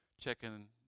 checking